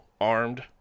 armed